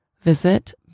Visit